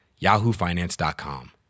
YahooFinance.com